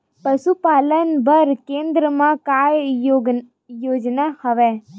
पशुपालन बर केन्द्र म का योजना हवे?